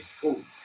Cool